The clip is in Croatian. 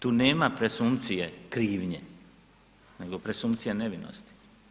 Tu nema presumpcije krivnje, nego presumpcije nevinosti.